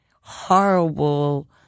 horrible